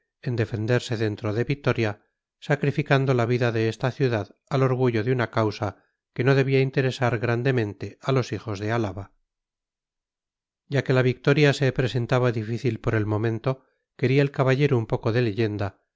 en defenderse dentro de vitoria sacrificando la vida de esta ciudad al orgullo de una causa que no debía interesar grandemente a los hijos de álava ya que la victoria se presentaba difícil por el momento quería el caballero un poco de leyenda